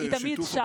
והיא תמיד שם.)